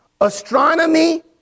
Astronomy